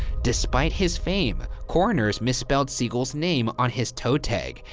despite his fame, coroners misspelled siegel's name on his toe tag,